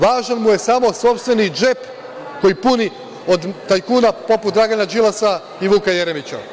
Važan mu je samo sopstveni džep koji puni od tajkuna poput Dragana Đilasa i Vuka Jeremića.